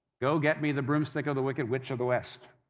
go get me the broomstick of the wicked witch of the west,